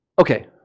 Okay